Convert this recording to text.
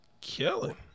killing